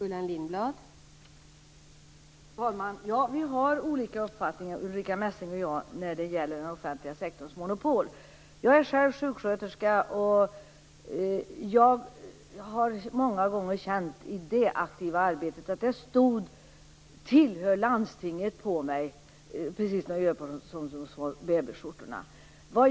Fru talman! Vi har olika uppfattningar, Ulrica Messing och jag, när det gäller den offentliga sektorns monopol. Jag är själv sjuksköterska. Jag har många gånger i det aktiva arbetet känt att det stod "Tillhör landstinget" på mig, precis som det gjorde på de små babyskjortorna.